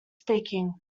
speaking